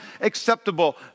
acceptable